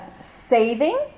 saving